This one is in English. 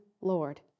Lord